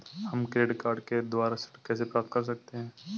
हम credit card के द्वारा ऋण कैसे प्राप्त कर सकते हैं?